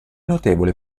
notevole